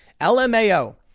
LMAO